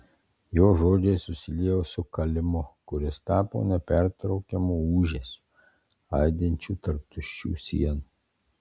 jo žodžiai susiliejo su kalimu kuris tapo nepertraukiamu ūžesiu aidinčiu tarp tuščių sienų